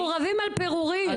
אנחנו רבים על פירורים,